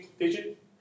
digit